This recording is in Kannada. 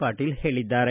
ಪಾಟೀಲ್ ಹೇಳಿದ್ದಾರೆ